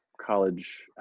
college